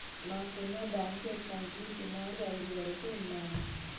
నాకున్న బ్యేంకు అకౌంట్లు సుమారు ఐదు వరకు ఉన్నయ్యి